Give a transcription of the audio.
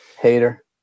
hater